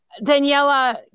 Daniela